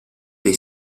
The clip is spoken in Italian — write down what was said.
dei